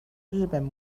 日本